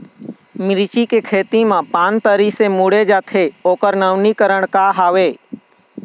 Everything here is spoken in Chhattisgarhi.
मिर्ची के खेती मा पान तरी से मुड़े जाथे ओकर नवीनीकरण का हवे?